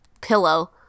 pillow